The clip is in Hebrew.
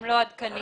לא עדכניים.